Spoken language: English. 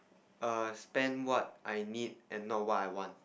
err spend what I need and not what I want